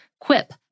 Quip